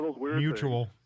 mutual